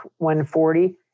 140